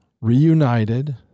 reunited